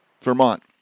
Vermont